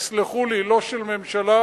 תסלחו לי, לא של ממשלה,